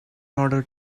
order